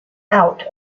out